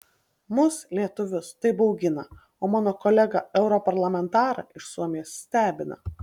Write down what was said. mus lietuvius tai baugina o mano kolegą europarlamentarą iš suomijos stebina